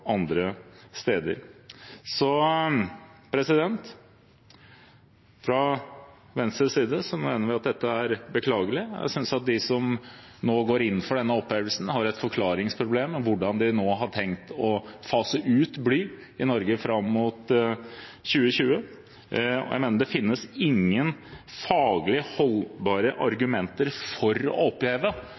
andre steder. Fra Venstres side mener vi at dette er beklagelig. Jeg synes at de som nå går inn for denne opphevelsen, har et forklaringsproblem med tanke på hvordan de har tenkt å fase ut bly i Norge fram mot 2020. Jeg mener det ikke finnes noen faglig holdbare argumenter for å